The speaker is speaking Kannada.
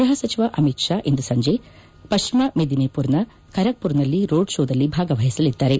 ಗೃಹ ಸಚಿವ ಅಮಿತ್ ಷಾ ಇಂದು ಸಂಜೆ ಪಶ್ಚಿಮ ಮೆಡಿನಿಮರ್ನ ಖರಗ್ಮರ್ನಲ್ಲಿ ರೋಡ್ ಶೋದಲ್ಲಿ ಭಾಗವಹಿಸಲಿದ್ದಾರೆ